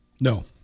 No